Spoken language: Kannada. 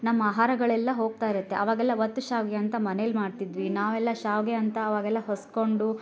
ನಮ್ಮ ಆಹಾರಗಳೆಲ್ಲ ಹೋಗ್ತಾಯಿರತ್ತೆ ಅವಾಗೆಲ್ಲ ಒತ್ತು ಶ್ಯಾವಿಗೆ ಅಂತ ಮನೆಯಲ್ಲಿ ಮಾಡ್ತಿದ್ವಿ ನಾವೆಲ್ಲ ಶ್ಯಾವಿಗೆ ಅಂತ ಅವಾಗೆಲ್ಲ ಹೊಸ್ಕೊಂಡು